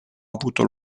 avuto